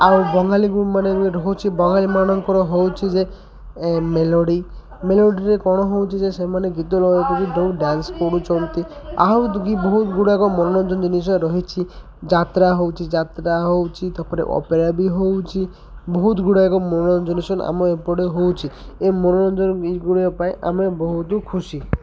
ଆଉ ବଙ୍ଗାଳୀ ମାନେ ବି ରହୁଛି ବଙ୍ଗାଳୀମାନଙ୍କର ହେଉଛି ଯେ ମେଲୋଡ଼ି ମେଲୋଡ଼ିରେ କ'ଣ ହେଉଛି ଯେ ସେମାନେ ଗୀତ ଲଗେଇକି ବି ଯୋଉ ଡ୍ୟାନ୍ସ କରୁଛନ୍ତି ଆହୁ କି ବହୁତ ଗୁଡ଼ାକ ମନୋରଞ୍ଜନ ଜିନିଷ ରହିଛି ଯାତ୍ରା ହେଉଛି ଯାତ୍ରା ହେଉଛି ତା'ପରେ ଅପେରା ବି ହେଉଛି ବହୁତ ଗୁଡ଼ାକ ମନୋରଞ୍ଜ ଜିନିଷ ଆମ ଏପଟେ ହେଉଛି ଏ ମନୋରଞ୍ଜନ ଗୁଡ଼ିକ ପାଇଁ ଆମେ ବହୁତ ଖୁସି